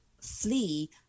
flee